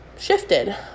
shifted